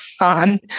on